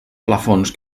plafons